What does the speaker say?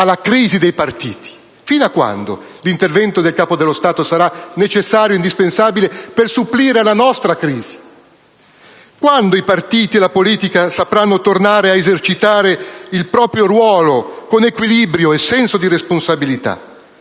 alla crisi dei partiti? Fino a quando l'intervento del Capo dello Stato sarà indispensabile per supplire alla nostra crisi? Quando i partiti e la politica sapranno tornare ad esercitare il proprio ruolo con equilibrio e senso di responsabilità?